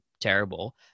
terrible